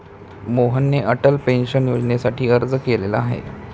मोहनने अटल पेन्शन योजनेसाठी अर्ज केलेला आहे